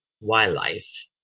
wildlife